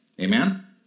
Amen